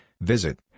visit